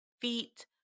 feet